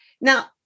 Now